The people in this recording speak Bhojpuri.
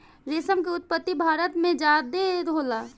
रेशम के उत्पत्ति भारत में ज्यादे होला